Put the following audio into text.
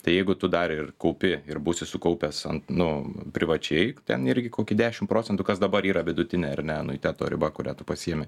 tai jeigu tu dar ir kaupi ir būsiu sukaupęs ant nu privačiai ten irgi kokį dešim procentų kas dabar yra vidutinė ar ne anuiteto riba kurią tu pasiimi